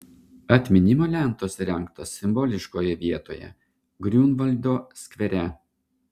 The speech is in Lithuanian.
atminimo lentos įrengtos simboliškoje vietoje griunvaldo skvere